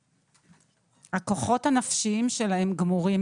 הכוחות הנפשיים שלהם גמורים.